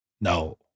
No